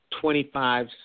Twenty-five